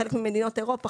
בחלק ממדינות אירופה,